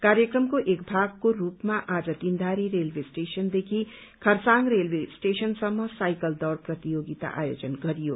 कार्यक्रमको एक भागको रूपमा आज तीनधारे रेलवे स्टेनशनदेखि खरसाङ रेलवे स्टेशनसम्म साइकल दौड़ प्रतियोगिता आयोजन गरियो